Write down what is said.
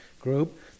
group